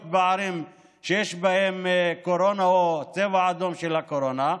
בערים שיש בהן קורונה או צבע אדום של הקורונה.